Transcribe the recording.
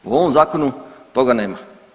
U ovom zakonu toga nema.